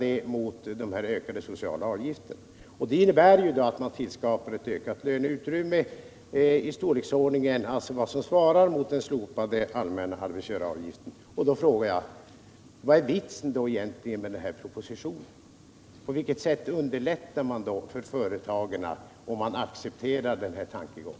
Det tycker vi i så fall är riktigt, och det innebär att man tillskapar en ökning av löneutrymmet i en storleksordning motsvarande det som slopandet av den allmänna arbetsgivaravgiften ger. Jag vill då fråga vari vitsen med propositionens förslag egentligen ligger. På vilket sätt underlättar man förhållandena för företagarna om man accepterar denna tankegång?